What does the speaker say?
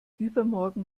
übermorgen